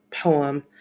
poem